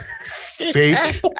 fake